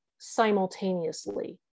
simultaneously